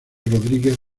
rodríguez